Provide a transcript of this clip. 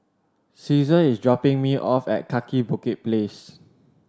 Caesar is dropping me off at Kaki Bukit Place